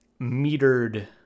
metered